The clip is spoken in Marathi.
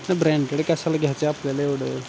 नाही ब्रँडेड कशाला घ्यायचं आहे आपल्याला एवढं